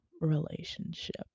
relationship